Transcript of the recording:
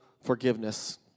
forgiveness